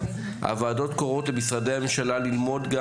הוועדות קוראות למשרדי הממשלה ללמוד גם